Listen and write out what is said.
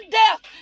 death